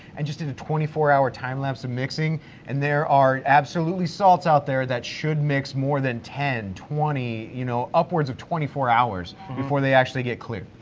and just did a twenty four hour time lapse of mixing and there are absolutely salts out there that should mix more than ten, twenty, you know upwards of twenty four hours before they actually get clear.